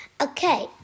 Okay